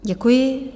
Děkuji.